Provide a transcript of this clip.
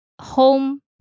home